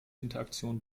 interaktion